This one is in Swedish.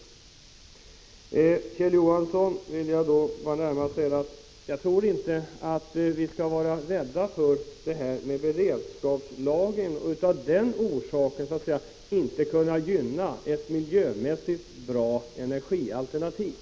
Till Kjell Johansson vill jag bara säga att jag inte tycker att vi skall vara rädda för det här med beredskapslagring och av den orsaken inte gynna ett miljömässigt bra energialternativ.